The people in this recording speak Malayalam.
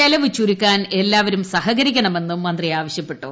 ചിലവു ചുരുക്കാൻ എല്ലാവരും സഹകരിക്കണമെന്നും മന്ത്രി ആവശ്യപ്പെട്ടു